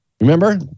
Remember